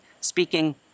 speaking